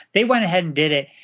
they went ahead and did it.